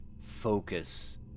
focus